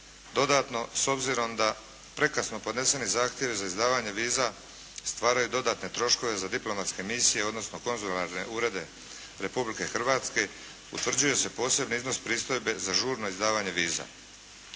dodatno s obzirom da prekasno podneseni zahtjevi za izdavanje viza stvaraju dodatne troškove za diplomatske misije odnosno konzularne urede Republike Hrvatske, utvrđuje se posebni iznos pristojbe za žurno izdavanje viza.